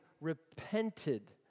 repented